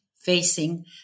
facing